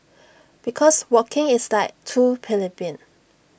because walking is like too plebeian